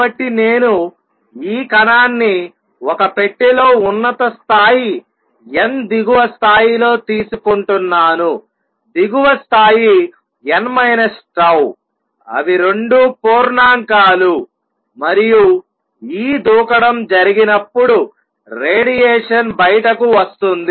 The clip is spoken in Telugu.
కాబట్టి నేను ఈ కణాన్ని ఒక పెట్టెలో ఉన్నత స్థాయి n దిగువ స్థాయిలో తీసుకుంటున్నాను దిగువ స్థాయి n τ అవి రెండూ పూర్ణాంకాలు మరియు ఈ దూకడం జరిగినప్పుడు రేడియేషన్ బయటకు వస్తుంది